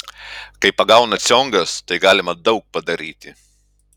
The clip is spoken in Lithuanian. kai pagauna ciongas tai galima daug padaryti